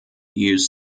use